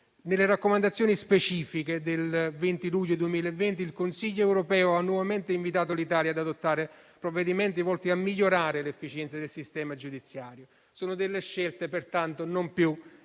Nelle raccomandazioni specifiche del 20 luglio 2020 il Consiglio europeo ha nuovamente invitato l'Italia ad adottare provvedimenti volti a migliorare l'efficienza del sistema giudiziario. Sono pertanto delle scelte non più